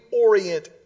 orient